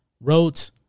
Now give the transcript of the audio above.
Wrote